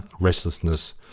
Restlessness